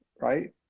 right